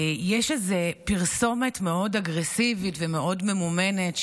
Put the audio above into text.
יש איזו פרסומת מאוד אגרסיבית ומאוד ממומנת,